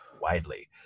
widely